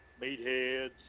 meatheads